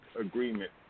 agreement